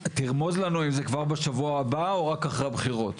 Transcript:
תרמוז לנו את זה כבר בשבוע הבא או רק אחרי הבחירות?